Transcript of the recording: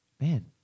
Man